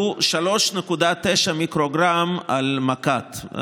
הוא 3.9 מיקרוגרם למק"ת.